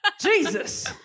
Jesus